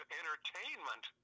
entertainment